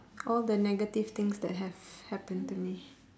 all the negative things that have happen to me